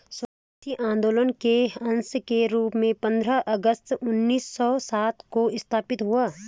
स्वदेशी आंदोलन के अंश के रूप में पंद्रह अगस्त उन्नीस सौ सात को स्थापित हुआ